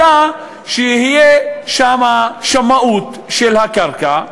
אלא תהיה שם שמאות של הקרקע.